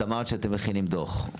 את אמרת שאתם מכינים דוח.